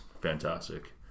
fantastic